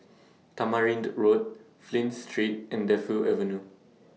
Tamarind Road Flint Street and Defu Avenue